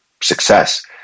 success